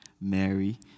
Mary